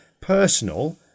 personal